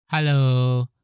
Hello